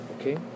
okay